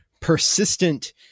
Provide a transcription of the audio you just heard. persistent